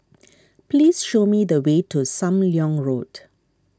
please show me the way to Sam Leong Road